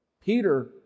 Peter